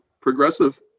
progressive